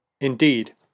Indeed